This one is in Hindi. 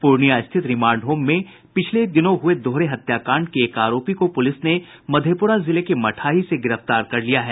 पूर्णिया स्थित रिमांड होम में पिछले दिनों हुये दोहरे हत्याकांड के एक आरोपी को पुलिस ने मधेपुरा जिले के मठाही से गिरफ्तार कर लिया है